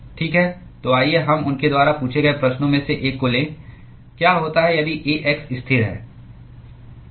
ठीक है तो आइए हम उनके द्वारा पूछे गए प्रश्नों में से एक को लें क्या होता है यदि A x स्थिर है